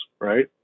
right